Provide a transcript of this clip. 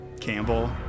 Campbell